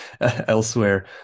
elsewhere